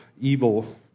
evil